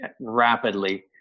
rapidly